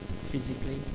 physically